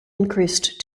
increased